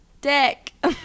dick